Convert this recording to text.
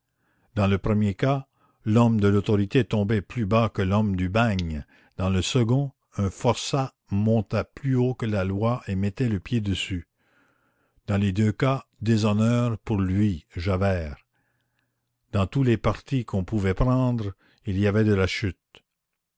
dans le premier cas l'homme de l'autorité tombait plus bas que l'homme du bagne dans le second un forçat montait plus haut que la loi et mettait le pied dessus dans les deux cas déshonneur pour lui javert dans tous les partis qu'on pouvait prendre il y avait de la chute